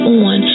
on